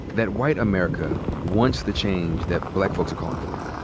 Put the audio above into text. that white america wants the change that black folks are calling for?